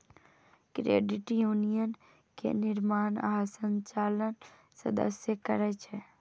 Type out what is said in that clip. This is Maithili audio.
क्रेडिट यूनियन के निर्माण आ संचालन सदस्ये करै छै